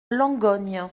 langogne